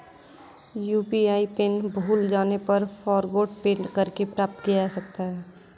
UPI PIN भूल जाने पर फ़ॉरगोट पिन करके प्राप्त किया जा सकता है